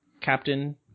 captain